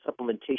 supplementation